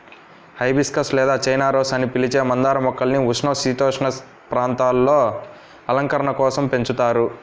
hibiscus లేదా China rose అని పిలిచే మందార మొక్కల్ని ఉష్ణ, సమసీతోష్ణ ప్రాంతాలలో అలంకరణ కోసం పెంచుతారు